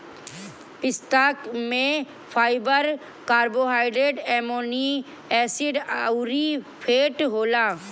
पिस्ता में fiber, carbohydrate, amino acid अउरी फैट होला